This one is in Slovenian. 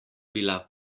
bila